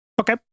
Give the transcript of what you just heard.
okay